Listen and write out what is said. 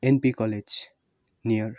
NP college near